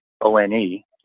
O-N-E